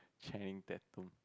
Chang tattoo